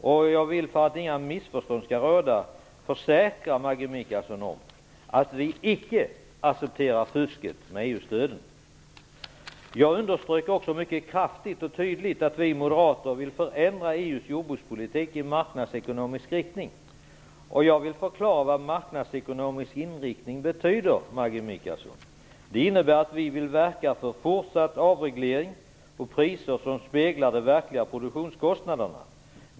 För att det inte skall råda något missförstånd vill jag försäkra Maggi Mikaelsson om att vi icke accepterar fusket med EU-stödet. Jag understryker också mycket kraftigt och tydligt att vi moderater vill förändra EU:s jordbrukspolitik i marknadsekonomisk riktning. Jag vill förklara vad en marknadsekonomisk inriktning betyder, Maggi Mikaelsson. Det innebär att vi vill verka för fortsatt avreglering och priser som speglar de verkliga produktionskostnaderna.